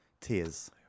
Tears